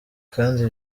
kandi